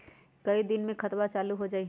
कई दिन मे खतबा चालु हो जाई?